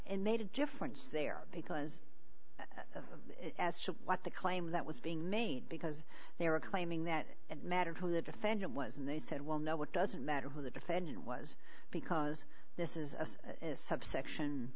and made a difference there because as for what the claim that was being made because they were claiming that it mattered for the defendant was and they said well no it doesn't matter who the defendant was because this is subsection